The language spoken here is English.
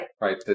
Right